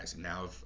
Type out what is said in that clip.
Now